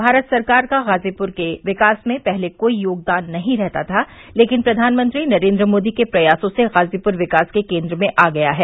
भारत सरकार का गाजीपुर के विकास में पहले कोई योगदान नहीं रहता था लेकिन प्रवानमंत्री नरेन्द्र मोदी के प्रयासों से गाजीपुर विकास के केन्द्र में आ गया है